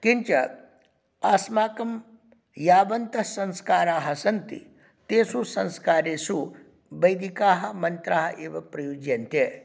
किञ्च अस्माकं यावन्तः संस्काराः सन्ति तेषु संस्कारेषु वैदिकाः मन्त्राः एव प्रयुज्यन्ते